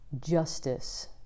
justice